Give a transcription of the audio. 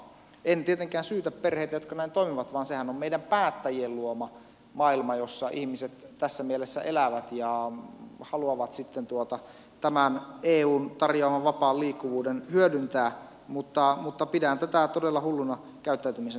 en tietenkään syytä perheitä jotka näin toimivat vaan sehän on meidän päättäjien luoma maailma jossa ihmiset tässä mielessä elävät ja haluavat sitten tämän eun tarjoaman vapaan liikkuvuuden hyödyntää mutta pidän tätä todella hulluna käyttäytymisenä